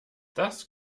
das